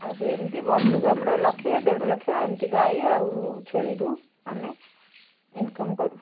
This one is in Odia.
ଆଉ ସେମିତି ବର୍ଷକୁ ଆମର ଲକ୍ଷେ ଦେଢ଼ଲକ୍ଷ ଏମତି ଗାଈ ଆଉ ଛେଳିରୁ ଆମେ ଇନକମ୍ କରୁ